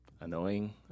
annoying